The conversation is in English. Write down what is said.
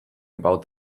about